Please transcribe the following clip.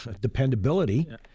dependability